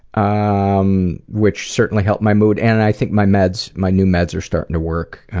um which certainly helped my mood and i think my meds, my new meds are starting to work.